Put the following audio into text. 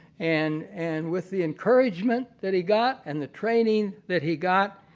and and with the encouragement that he got and the training that he got,